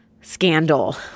scandal